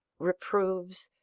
reproves,